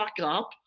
up